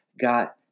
got